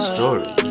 Story